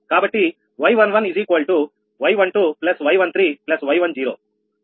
కావున 𝑌11 𝑦12 𝑦13 𝑦10